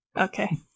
Okay